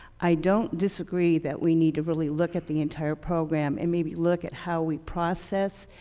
i don't disagree that we need to really look at the entire program and maybe look at how we process.